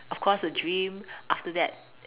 of course a dream after that